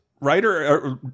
writer